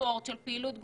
ספורט ופעילות גופנית,